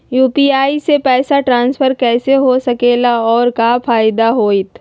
UPI से पैसा transfer कैसे हो सके ला और का फायदा होएत?